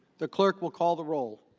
the clerk will call the roll.